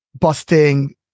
busting